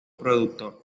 productor